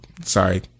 sorry